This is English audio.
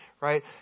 right